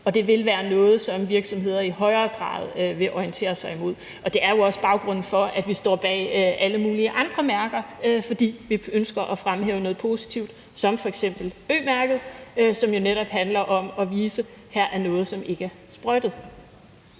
og det vil være noget, som virksomheder i højere grad vil orientere sig mod. Det er også baggrunden for, at vi står bag alle mulige andre mærker, fordi vi ønsker at fremhæve noget positivt som f.eks. Ø-mærket, som jo netop handler om at vise, at her er noget, som ikke er sprøjtet.